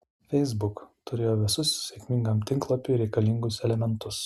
facebook turėjo visus sėkmingam tinklalapiui reikalingus elementus